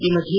ಈ ಮಧ್ಯೆ